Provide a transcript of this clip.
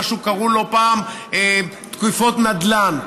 מה שקראו לו פעם תקיפות נדל"ן.